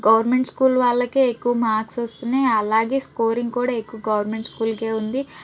government school వాళ్ళకే ఎక్కువ marks వస్తున్నాయి అలాగే స్కోరింగ్ కూడా ఎక్కువ గవర్నమెంట్ స్కూల్కే ఉంది